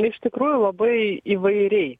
iš tikrųjų labai įvairiai